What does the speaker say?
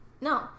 No